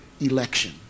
election